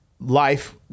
life